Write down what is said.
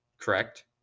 correct